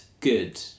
good